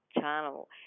channel